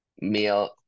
meal